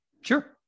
Sure